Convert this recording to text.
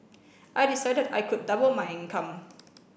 I decided I could double my income